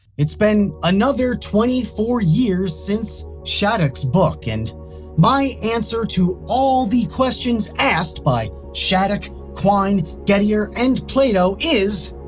it's been another twenty four years since shattuck's book. and my answer to all the questions asked by shattuck, quine, gettier, and plato is